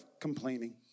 complaining